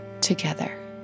together